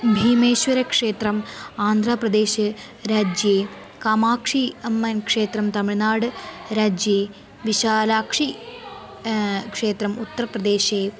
भीमेश्वरक्षेत्रम् आन्ध्रप्रदेशराज्ये कामाक्षी अम्भा क्षेत्रं तमिल्नाडु राज्ये विशालाक्षी क्षेत्रम् उत्तरप्रदेशे